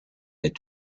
est